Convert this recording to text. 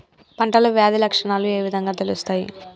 పంటలో వ్యాధి లక్షణాలు ఏ విధంగా తెలుస్తయి?